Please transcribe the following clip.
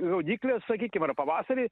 gaudykles sakykim ar pavasarį